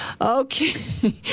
Okay